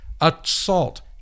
assault